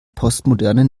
postmoderne